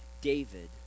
David